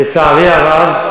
לצערי הרב,